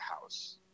House